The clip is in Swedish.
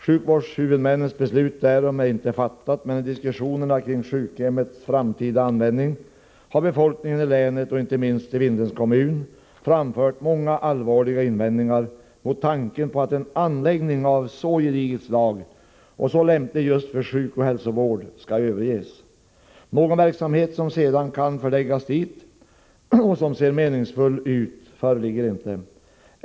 Sjukvårdshuvudmännens beslut därom är inte fattat, men i diskussionerna kring sjukhemmets framtida användning har befolkningen i länet och inte minst i Vindelns kommun framfört många allvarliga invändningar mot tanken på att en anläggning av så gediget slag och så lämplig just för sjukoch hälsovård skall överges. Någon verksamhet som sedan kan förläggas dit och som ser meningsfull ut föreligger inte.